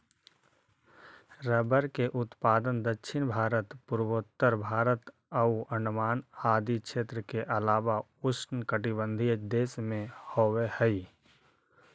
rubber के उत्पादन दक्षिण भारत, पूर्वोत्तर भारत आउ अण्डमान आदि क्षेत्र के अलावा उष्णकटिबंधीय देश में होवऽ हइ